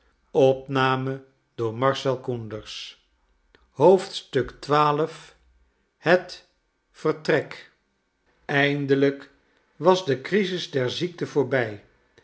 het vertrek eindelijk was de crisis der ziekte voorbij